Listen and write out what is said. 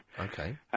Okay